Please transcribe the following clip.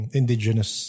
indigenous